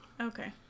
okay